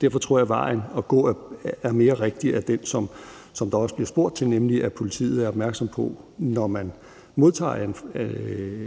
Derfor tror jeg, at den rigtige vej at gå mere er den, som der også bliver spurgt til, nemlig at politiet er opmærksom, når man modtager